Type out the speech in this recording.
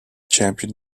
champion